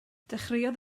dechreuodd